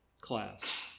class